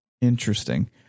Interesting